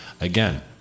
again